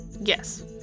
Yes